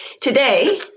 Today